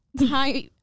hi